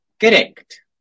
Correct